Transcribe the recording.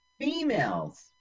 females